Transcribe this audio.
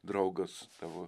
draugas tavo